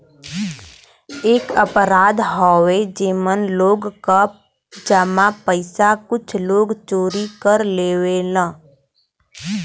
एक अपराध हौ जेमन लोग क जमा पइसा कुछ लोग चोरी कर लेवलन